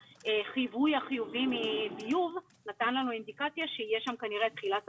והחיווי החיובי מביוב נתן לנו אינדיקציה שיש שם כנראה תחילת תחלואה.